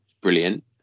brilliant